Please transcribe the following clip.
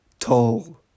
tall